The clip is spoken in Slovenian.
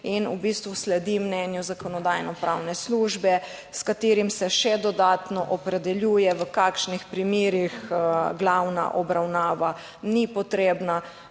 in v bistvu sledi mnenju Zakonodajno-pravne službe, s katerim se še dodatno opredeljuje, v kakšnih primerih glavna obravnava ni potrebna,